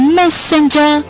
messenger